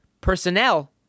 personnel